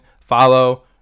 Follow